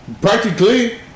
Practically